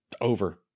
Over